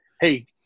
hey